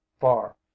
far